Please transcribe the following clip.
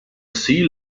sea